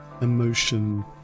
emotion